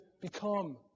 become